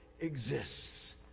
exists